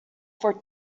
for